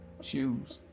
Shoes